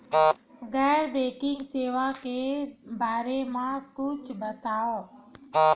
गैर बैंकिंग सेवा के बारे म कुछु बतावव?